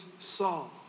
Saul